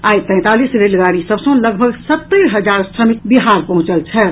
आई तैंतालीस रेलगाड़ी सभ सँ लगभग सत्तरि हजार श्रमिक बिहार पहुंचि रहल छथि